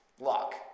Lock